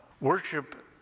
Worship